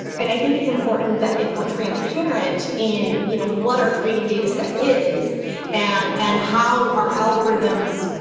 and i think it's important that if we're transparent in you know what our training data set is and and how our algorithms.